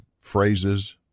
phrases